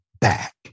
back